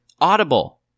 Audible